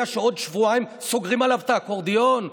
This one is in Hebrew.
שעוד שבועיים סוגרים עליו את האקורדיון?